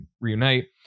reunite